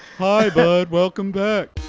hi, bud, welcome back.